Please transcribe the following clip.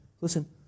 listen